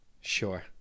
Sure